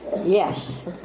Yes